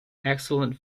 excellent